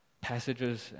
passages